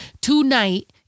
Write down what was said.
tonight